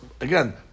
again